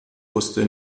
wusste